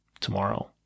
tomorrow